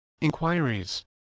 inquiries